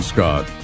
Scott